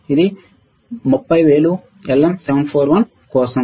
ఇది 30000 LM7 4 1 కోసం